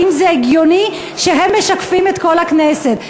האם זה הגיוני שהם משקפים את כל הכנסת?